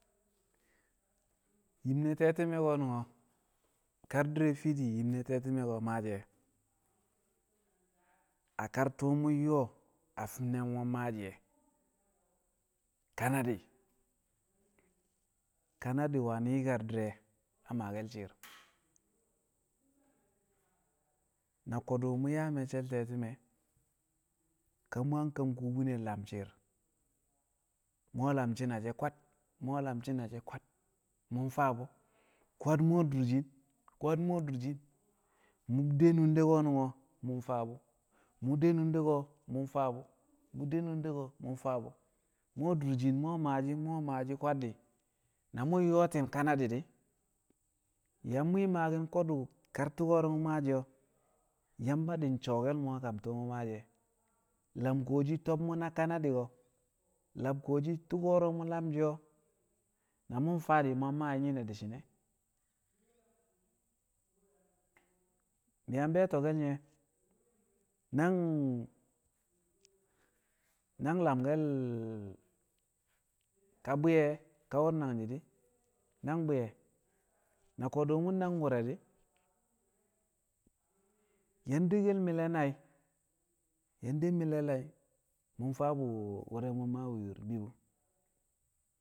yim ne̱ te̱ti̱me̱ ko̱nu̱n kar di̱re̱ fiidi yim ne̱ te̱ti̱me̱ ko̱nu̱n maashi̱ e̱ a kar tu̱u̱ mu̱ yo̱o̱ a fi̱m ne̱ mo̱ mu̱ maashi e̱ kanadi̱, kanadi̱ wani̱ yi̱kar di̱re̱ a maake̱l shi̱ɪr na ko̱du̱ mu̱ yaa me̱cce̱l te̱tɪme̱ ka mu̱ a kubinel lam shi̱i̱r di̱ mu̱ we̱ lam shi̱ne̱ kwad mu̱ we̱ lam shi̱ne̱ kwad mu̱ faa bu̱ kwad mu̱ we̱ durshɪn kwad mu we̱ durshin mu̱ de nunde ko̱ mu̱ faa bu̱ mu̱ de nunde ko̱ mu̱ faa bu̱ mu̱ de nunde ko̱ mu̱ faa bu̱ mu̱ we̱ durshin mụ we̱ maashi̱ mu̱ maashi̱ kwad di̱ na mu̱ yo̱o̱ti̱n kanadi̱ di̱ mu̱ yang mwi̱i̱ maaki̱n ko̱du̱ kar tu̱u̱ ko̱ro̱ mu̱ maashi̱ o̱ Yamba di̱ su̱wo̱kel mo̱ a kam tu̱u̱ mu̱ maashi̱ e̱ lam kuwoshi to̱b mu̱na kanadi̱ lam kuwoshi tu̱u̱ ko̱ro̱ mu̱ lamshi̱ e̱ na mu̱ faa di̱ mu̱ yang maashi̱ nyine di̱ shi̱ne̱ mi̱ yang be̱e̱to̱ke̱l nye̱ nang nang lamke̱l ka bwɪye̱ ka wu̱r nangji̱ di̱ nang bwɪƴe̱ na ko̱du̱ mu̱ nang wu̱re̱ di̱ yang dekkel mi̱le̱ nai̱ de mi̱le̱ mu̱ faa bu̱ wu̱r re̱ mu̱ maa bu̱ yur mbi̱ bu̱.